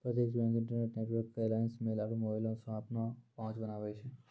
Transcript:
प्रत्यक्ष bank, interbank network alliance, mail आरु मोबाइलो से अपनो पहुंच बनाबै छै